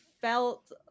felt